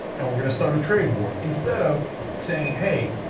and we are going to start a trade war. instead of saying hey,